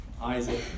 Isaac